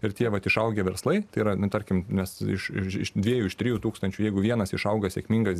ir tie vat išaugę verslai tai yra tarkim nes iš dviejų iš trijų tūkstančių jeigu vienas išauga sėkmingas